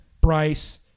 Bryce